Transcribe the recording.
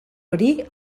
hori